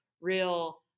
real